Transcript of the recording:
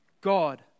God